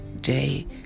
day